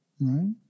right